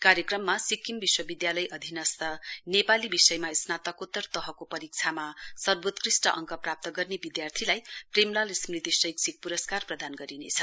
कार्यक्रममा सिक्किम विस्वविधालय अधीनस्थ नेपाली विषयमा स्नातकोतर तहको परीक्षामा सर्वोत्कृष्ट अङ्क प्राप्त गर्ने विधार्थीलाई प्रेमलाल स्मृति शैक्षिक पुरस्कार प्रदान गरिनेछ